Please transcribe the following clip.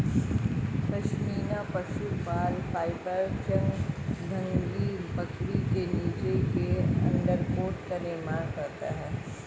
पश्मीना पशु बाल फाइबर चांगथांगी बकरी के नीचे के अंडरकोट का निर्माण करता है